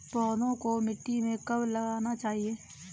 पौधों को मिट्टी में कब लगाना चाहिए?